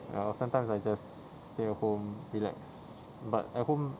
ya sometimes I just stay at home relax but at home